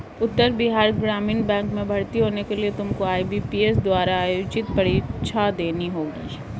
उत्तर Bihar Gramin bank में भर्ती होने के लिए तुमको आई.बी.पी.एस द्वारा आयोजित परीक्षा देनी होगी